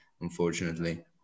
unfortunately